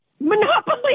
monopoly